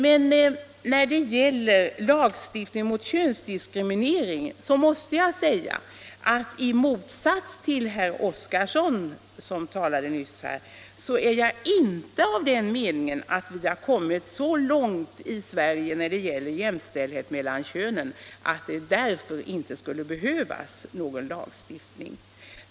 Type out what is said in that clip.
Men när det gäller lagstiftning mot könsdiskriminering måste jag säga att i motsats till herr Oskarson, som talade nyss, är jag inte av den meningen att vi har kommit så långt i Sverige när det gäller jämställdhet mellan könen att det därför inte skulle behövas någon lagstiftning.